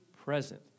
present